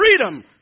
freedom